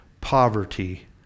poverty